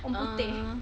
err